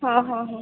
हां हां हां